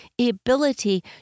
ability